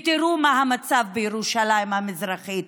ותראו מה המצב בירושלים המזרחית.